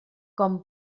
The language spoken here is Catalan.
com